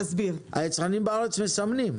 היצרנים בארץ מסמנים.